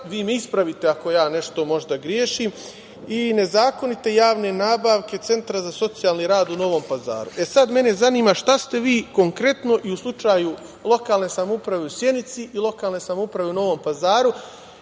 vi me ispravite ako nešto grešim, i nezakonite javne nabavke Centra za socijalni rad u Novom Pazaru. Mene zanima šta ste vi konkretno i u slučaju lokalne samouprave u Sjenice i lokalne samouprave u Novom Pazaru